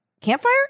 Campfire